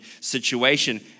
situation